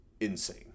insane